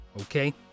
okay